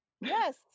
Yes